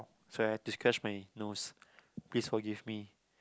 sorry i have to scratch my nose please forgive me